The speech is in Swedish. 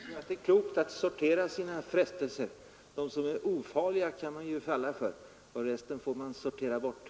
Herr talman! Jag tror att det är klokt, fru Anér, att sortera sina frestelser. De som är ofarliga kan man falla för, de andra får man sortera bort.